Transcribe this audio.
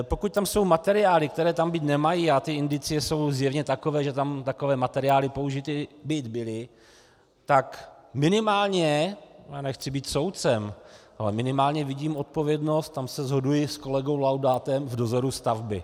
Pokud tam jsou materiály, které tam být nemají, a indicie jsou zjevně takové, že tam takové materiály použity byly, tak minimálně já nechci být soudcem ale minimálně vidím odpovědnost, tam se shoduji s kolegou Laudátem, v dozoru stavby.